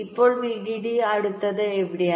അപ്പോൾ വിഡിഡി അടുത്തത് എവിടെയാണ്